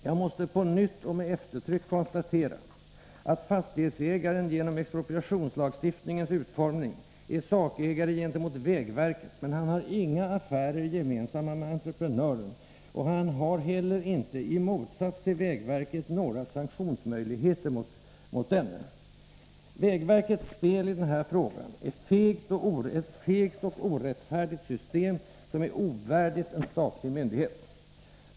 Jag måste på nytt och med eftertryck konstatera att fastighetsägaren Om avhjälpande av genom expropriationslagstiftningens utformning är sakägare gentemot väg — skador vid sprängverket, men han har inga affärer gemensamt med entreprenören. Han har ningar för vägarheller inte — i motsats till vägverket — några sanktionsmöjligheter mot denne. — beten Vägverkets spel i den här frågan är ett fegt och orättfärdigt system, som är ovärdigt en statlig myndighet.